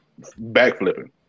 backflipping